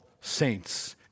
saints